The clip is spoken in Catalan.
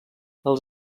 els